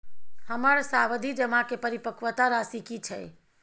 हमर सावधि जमा के परिपक्वता राशि की छै?